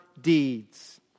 deeds